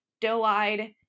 doe-eyed